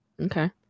Okay